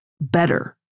better